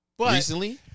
Recently